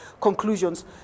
conclusions